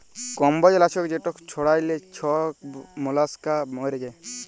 কম্বজ লাছক যেট ছড়াইলে ছব মলাস্কা মইরে যায়